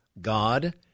God